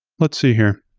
let's see here.